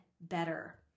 better